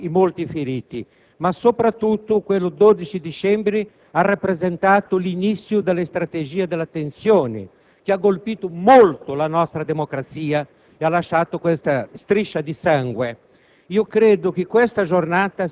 molti morti e feriti. Soprattutto, quel 12 dicembre ha rappresentato l'inizio della strategia della tensione, che ha colpito molto la nostra democrazia e ha lasciato una striscia di sangue.